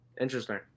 Interesting